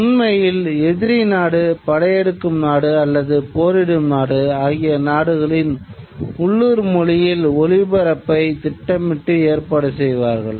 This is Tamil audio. உண்மையில் எதிரி நாடு படையெடுக்கும் நாடு அல்லது போரிடும் நாடு ஆகிய நாடுகளின் உள்ளூர் மொழியில் ஒலிப்பரப்பை திட்டமிட்டு ஏற்பாடு செய்வார்கள்